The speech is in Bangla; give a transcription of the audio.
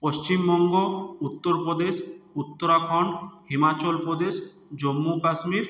পশ্চিমবঙ্গ উত্তরপ্রদেশ উত্তরাখণ্ড হিমাচল প্রদেশ জম্মু কাশ্মীর